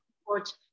support